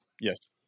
Yes